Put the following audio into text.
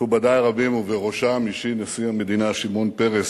מכובדי הרבים, ובראשם נשיא המדינה שמעון פרס,